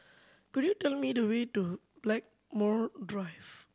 could you tell me the way to Blackmore Drive